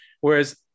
Whereas